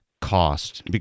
cost